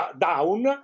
down